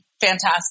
fantastic